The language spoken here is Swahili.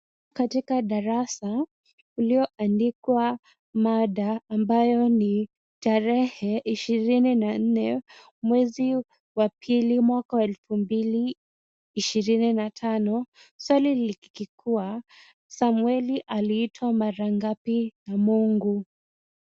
Katika darasa ulioandikwa mada ambayo ni tarehe ishirini na nne mwezi wa pili ,mwaka wa elfu mbili ishirini na tano. Swali likikuwa, Samweli aliitwa mara ngapi na Mungu?